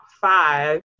five